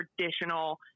traditional